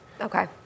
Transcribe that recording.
Okay